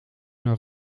naar